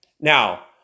Now